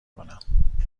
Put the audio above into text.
کنم